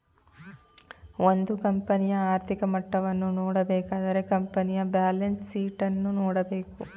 ಒಂದು ಕಂಪನಿಯ ಆರ್ಥಿಕ ಮಟ್ಟವನ್ನು ನೋಡಬೇಕಾದರೆ ಕಂಪನಿಯ ಬ್ಯಾಲೆನ್ಸ್ ಶೀಟ್ ಅನ್ನು ನೋಡಬೇಕು